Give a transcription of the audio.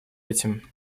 этим